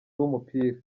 b’umupira